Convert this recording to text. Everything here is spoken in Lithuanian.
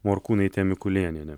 morkūnaitė mikulėnienė